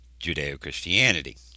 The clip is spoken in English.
Judeo-Christianity